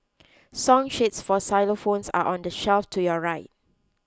song sheets for xylophones are on the shelf to your right